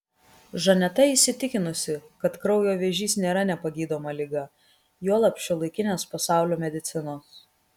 žaneta įsitikinusi kad kraujo vėžys nėra nepagydoma liga juolab šiuolaikinės pasaulio medicinos